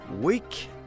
Week